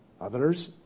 others